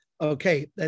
Okay